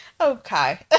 Okay